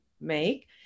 make